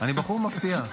אני בחור מפתיע.